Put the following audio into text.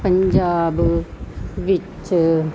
ਪੰਜਾਬ ਵਿੱਚ